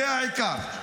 זה העיקר.